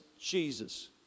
Jesus